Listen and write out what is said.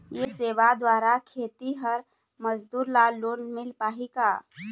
ये सेवा द्वारा खेतीहर मजदूर ला लोन मिल पाही का?